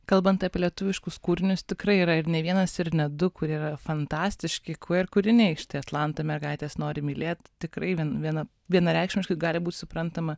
kalbant apie lietuviškus kūrinius tikrai yra ir ne vienas ir ne du kurie yra fantastiški queer kūriniai atlanto mergaitės nori mylėt tikrai viena vienareikšmiškai gali būt suprantama